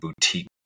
boutique